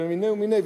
ומיני ומיניה,